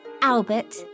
Albert